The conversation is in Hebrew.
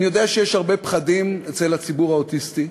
אני יודע שיש הרבה פחדים אצל הציבור האוטיסטי.